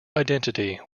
identity